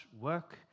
work